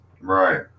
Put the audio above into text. Right